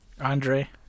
Andre